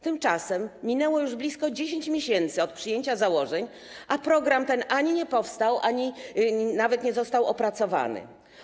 Tymczasem minęło już blisko 10 miesięcy od przyjęcia założeń, a program ten ani nie powstał, ani nawet nie został opracowany.